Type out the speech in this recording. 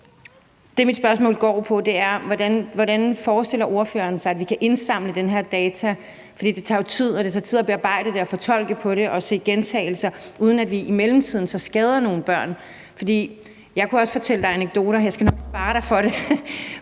hvordan ordføreren forestiller sig at vi kan indsamle de her data – det tager jo tid at bearbejde det og fortolke det og se på gentagelser – uden at vi i mellemtiden skader nogle børn. For jeg kunne også fortælle dig anekdoter,